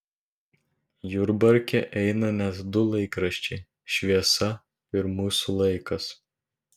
jurbarke eina net du laikraščiai šviesa ir mūsų laikas